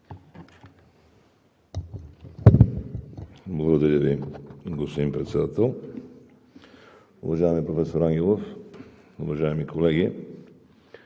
Благодаря Ви, господин Председател. Уважаеми професор Ангелов, уважаеми колеги!